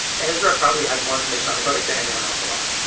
ezra probably has more information on the cortex than anyone else alive.